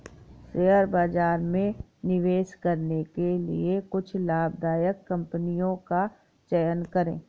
share बाजार में निवेश करने के लिए कुछ लाभदायक कंपनियों का चयन करें